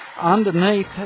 underneath